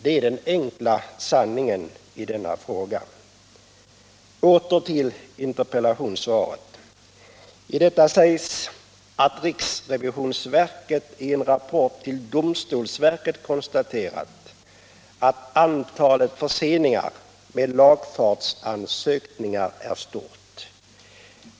Det är den enkla sanningen i denna fråga. Åter till interpellationssvaret. I detta sägs: ”Riksrevisionsverket har i en rapport till domstolsverket konstaterat att antalet förseningar med lagfartsansökan är stort.